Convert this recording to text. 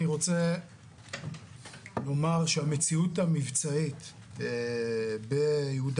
אני רוצה לומר שהמציאות המבצעית ביהודה